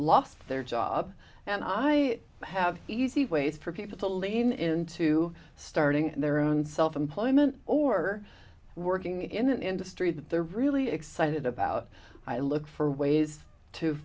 lost their job and i have easy ways for people to lean into starting their own self employment or working in an industry that they're really excited about i look for ways to